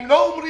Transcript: הם לא אומרים